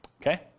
Okay